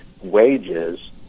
wages